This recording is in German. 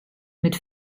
mit